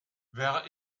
wer